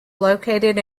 located